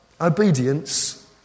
obedience